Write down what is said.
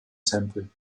tempel